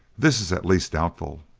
this is at least doubtful,